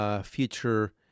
future